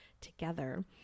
together